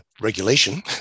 regulation